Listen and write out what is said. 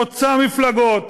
חוצה מפלגות,